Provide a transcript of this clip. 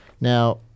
Now